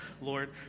Lord